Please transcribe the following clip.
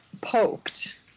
poked